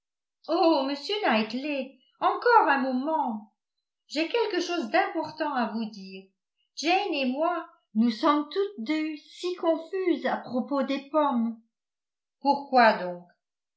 oh m knightley encore un moment j'ai quelque chose d'important à vous dire jane et moi nous sommes toutes deux si confuses à propos des pommes pourquoi donc